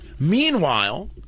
Meanwhile